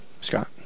Scott